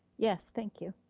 yes, thank you.